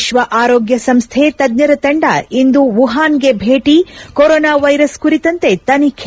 ವಿಶ್ವ ಆರೋಗ್ಯ ಸಂಸ್ಥೆ ತಜ್ಜರ ತಂಡ ಇಂದು ವುಹಾನ್ಗೆ ಭೇಟಿ ಕೊರೊನೊ ವೈರಸ್ ಕುರಿತಂತೆ ತನಿಖೆ